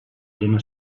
lema